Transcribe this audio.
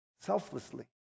selflessly